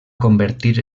convertir